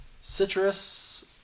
citrus